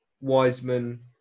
Wiseman